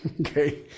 Okay